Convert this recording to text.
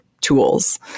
tools